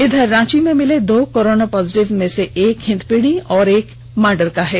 इधर रांची में मिले दो कोरोना पॉजिटिव में से एक हिंदपीढ़ी और एक मांडर से है